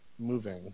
moving